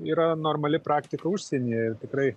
yra normali praktika užsienyje ir tikrai